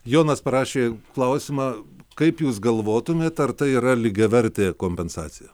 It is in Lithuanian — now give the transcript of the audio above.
jonas parašė klausimą kaip jūs galvotumėt ar tai yra lygiavertė kompensacija